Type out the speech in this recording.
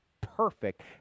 perfect